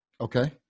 Okay